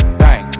bang